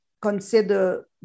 consider